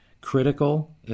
critical